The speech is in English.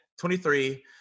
23